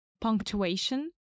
punctuation